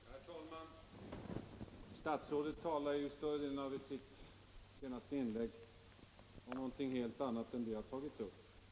Herr talman! Statsrådet talar i större delen av sitt senaste inlägg om något helt annat än det jag har tagit upp.